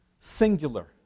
singular